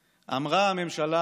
המים,